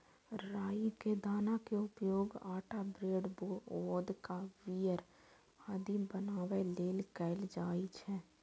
राइ के दाना के उपयोग आटा, ब्रेड, वोदका, बीयर आदि बनाबै लेल कैल जाइ छै